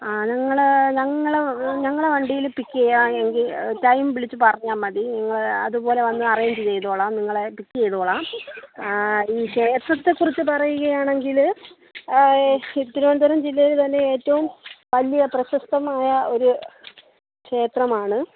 ആ ഞങ്ങൾ ഞങ്ങൾ ഞങ്ങളെ വണ്ടിയിൽ പിക്ക് ചെയ്യാം എങ്കിൽ ടൈം വിളിച്ചു പറഞ്ഞാൽ മതി ഞങ്ങൾ അതുപോലെ വന്ന് അറേഞ്ച് ചെയ്തുകൊളളാം നിങ്ങളെ പിക്ക് ചെയ്തുകൊളളാം ഈ ക്ഷേത്രത്തെക്കുറിച്ചു പറയുകയാണെങ്കിൽ ഈ തിരുവനന്തപുരം ജില്ലയിൽ തന്നെ ഏറ്റവും വലിയ പ്രശസ്തമായ ഒരു ക്ഷേത്രമാണ്